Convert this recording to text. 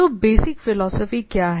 तो basic philosophy क्या है